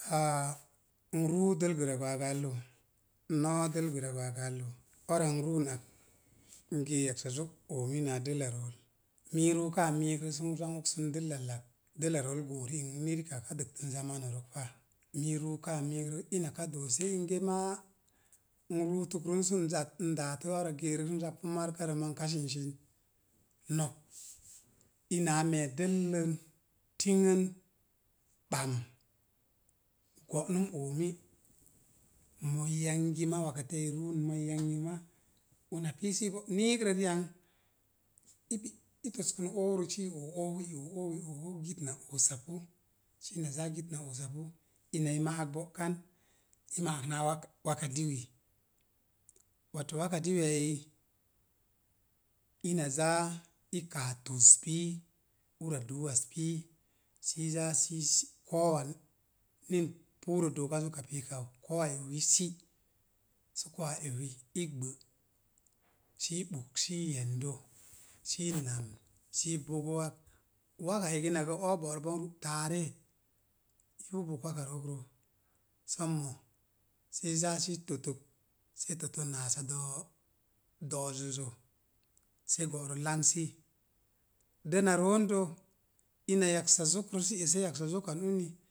Ah, n ruu dəl gwera gwaagallə. m mpp dəl gwera gwaagallə. O̱ra n ruunak n gee yaksa zok oomi naa dəlla rool. mii ruukaa miikrə sən zan oksən dəllal ak, dəlla rool goo ri'in ni rikak a dəktən zamanurək pa. Mii ruukaa miikrə ina ka doose inge maa n ruutək run sən daatə ara ge'rək sən zappu markarə maa n ka sin sin. Nok ina a me̱e̱ dəllən tingən ɓam. Go̱'num oomi. moo i yangi maa wakkati ya i ruun, moo i yangi ma, ona pii sə i goꞌ niig rə ri'an, i pi i toskən ourə si i oó óu, i oó óu, i oó óu. Git na oosapu, sii ina zaa git na oosapu ina i ma'ak bo̱'kan i ma'ak naa wak, waka diwi. Wato waka diwiya eyi, ina zaa i kaa to̱z pii, ura duuwaz pii, si zaa si sii ko̱o̱wa, nin puuro dooka reka piikak, ko̱o̱uwa ewi i si sə ko̱o̱uwa ewi i gbə, si ɓug si yendo, si nam sii bogo wak waka eki nabo o̱o̱ bo̱rə bo̱n ru taare ipu bog waka rookro. Sommo sei zaa sii tokək, si totə naasa do̱o̱naasa do̱'ozəzə sei bo̱'rə langsi. Dəna roondə ina yaksa zokrə sə ese yaksa zokan uni